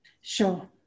Sure